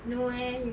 no eh